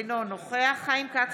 אינו נוכח חיים כץ,